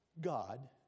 God